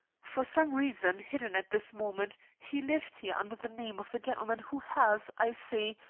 for some reason, hidden at this moment, he lived here under the name of the gentleman who has, i see,